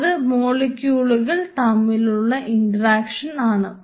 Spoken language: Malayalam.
അത് മോളിക്യൂളുകൾ തമ്മിലുള്ള ഇൻട്രാക്ഷൻ ആണ്